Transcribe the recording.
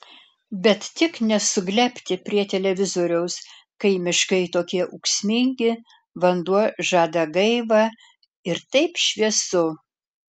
bet tik ne suglebti prie televizoriaus kai miškai tokie ūksmingi vanduo žada gaivą ir taip šviesu